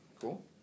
cool